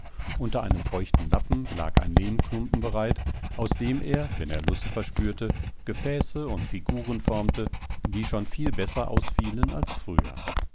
unter einem feuchten lappen lag ein lehmklumpen bereit aus dem er wenn er lust verspürte gefäße und figuren formte die schon viel besser ausfielen als früher